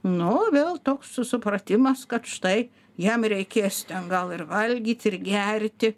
nu vėl toks supratimas kad štai jam reikės ten gal ir valgyt ir gerti